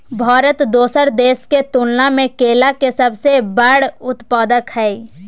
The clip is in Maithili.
भारत दोसर देश के तुलना में केला के सबसे बड़ उत्पादक हय